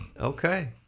Okay